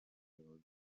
umuyobozi